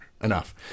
enough